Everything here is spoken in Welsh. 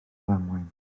ddamwain